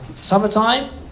summertime